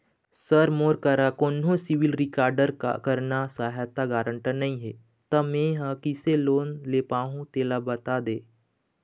sir मोर करा कोन्हो सिविल रिकॉर्ड करना सहायता गारंटर नई हे ता मे किसे लोन ले पाहुं तेला बता दे